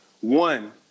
one